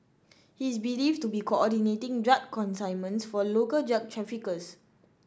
he is believed to be coordinating drug consignments for local drug traffickers